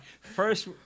first